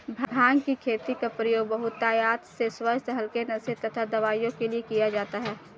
भांग की खेती का प्रयोग बहुतायत से स्वास्थ्य हल्के नशे तथा दवाओं के लिए किया जाता है